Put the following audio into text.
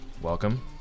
welcome